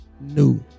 new